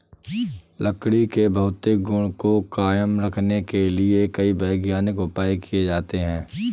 लकड़ी के भौतिक गुण को कायम रखने के लिए कई वैज्ञानिक उपाय किये जाते हैं